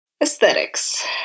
Aesthetics